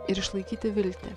ir išlaikyti viltį